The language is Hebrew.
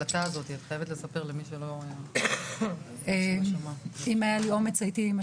מיכל שיר סגמן (יו"ר הוועדה המיוחדת לזכויות